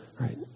right